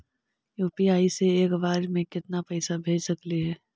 UPI से एक बार मे केतना पैसा भेज सकली हे?